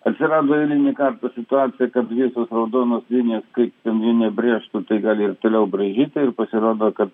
atsirado eilinį kartą situacija kad visos raudonos linijos kaip nubrėžtų tai gali ir toliau braižyti ir pasirodo kad